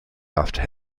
after